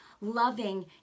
loving